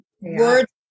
words